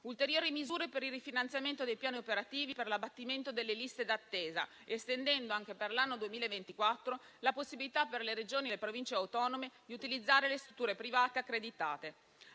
ulteriori misure per il rifinanziamento dei piani operativi per l'abbattimento delle liste d'attesa, estendendo anche per l'anno 2024 la possibilità per le Regioni e le Province autonome di utilizzare le strutture private accreditate;